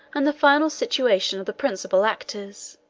and the final situation of the principal actors.